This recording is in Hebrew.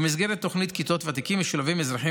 במסגרת תוכנית "כיתות ותיקים" משולבים אזרחים